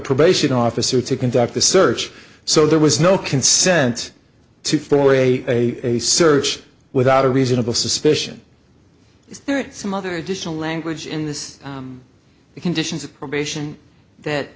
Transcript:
probation officer to conduct the search so there was no consent to for a search without a reasonable suspicion some other additional language in this the conditions of probation that